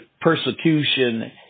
persecution